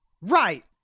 right